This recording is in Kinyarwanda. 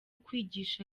kwigisha